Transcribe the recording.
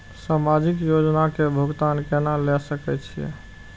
समाजिक योजना के भुगतान केना ल सके छिऐ?